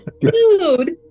dude